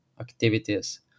activities